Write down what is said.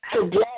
Today